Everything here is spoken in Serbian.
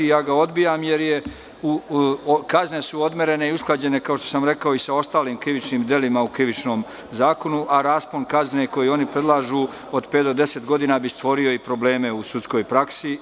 Ja ga odbijam, jer su kazne odmerene i usklađene kao što sam rekao i sa ostalim krivičnim delima u Krivičnom zakonu, a raspon kazne koji oni predlažu od pet do deset godina bi stvorio probleme u sudskoj praksi.